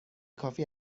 کافی